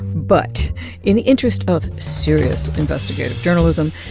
but in the interest of serious investigative journalism,